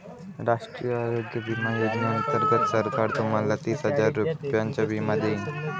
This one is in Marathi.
राष्ट्रीय आरोग्य विमा योजनेअंतर्गत सरकार तुम्हाला तीस हजार रुपयांचा विमा देईल